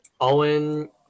Owen